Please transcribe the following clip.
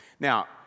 Now